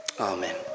Amen